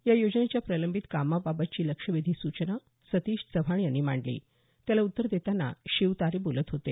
या योजनेच्या प्रलंबित कामाबाबतची लक्षवेधी सूचना सतीश चव्हाण यांनी मांडली त्याला उत्तर देताना शिवतारे बोलत होते